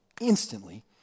instantly